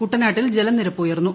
കുട്ടനാട്ടിൽ ജലിനിരപ്പ് ഉയർന്നു